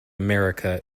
america